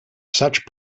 such